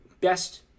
best